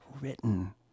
written